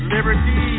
Liberty